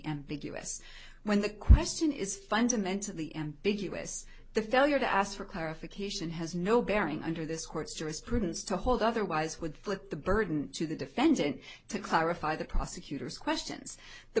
ambiguous when the question is fundamentally ambiguous the failure to ask for clarification has no bearing under this court's jurisprudence to hold otherwise would flip the burden to the defendant to clarify the prosecutor's questions the